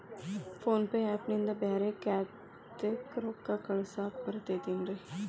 Phone pay app ನಿಂದ ಬ್ಯಾರೆ ಖಾತೆಕ್ ರೊಕ್ಕಾ ಕಳಸಾಕ್ ಬರತೈತೇನ್ರೇ?